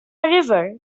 river